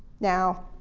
now,